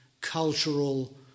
cultural